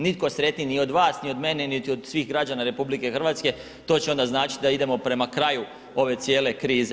Nitko sretniji ni od vas, ni od mene, niti od svih građana RH to će onda značiti da idemo prema kraju ove cijele krize.